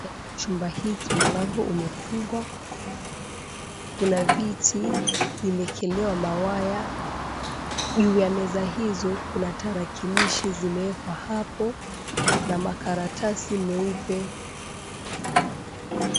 Chumba hiki mlango umefungwa, kuna viti vimewekelewa mawaya, juu ya meza hizo kuna tarakilishi zimewekwa hapo na makaratasi meupe.